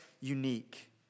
unique